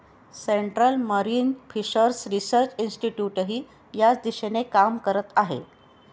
central marine fishers research इन्स्टिट्यूटही याच दिशेने काम करत आहे